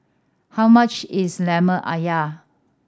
how much is Lemper Ayam